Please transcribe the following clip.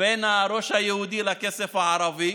בין הראש היהודי לכסף הערבי.